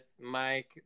Mike